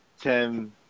Tim